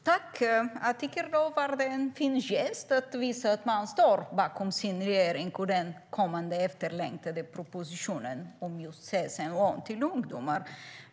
Herr talman! Jag tycker att det var en fin gest att visa att man står bakom sin regering och den kommande, efterlängtade propositionen om CSN-lån till ungdomar.